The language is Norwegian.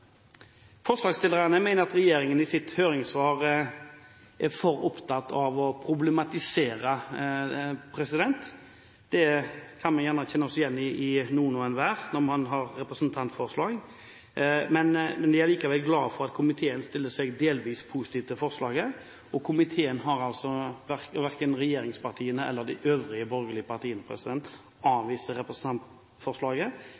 Forslagsstillerne mener at regjeringen i sitt høringssvar er for opptatt av å problematisere – det kan gjerne noen og hver kjenne seg igjen i når man har representantforslag. De er likevel glad for at komiteen stiller seg delvis positiv til forslaget. Verken regjeringspartiene eller de øvrige, borgerlige partiene